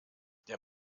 der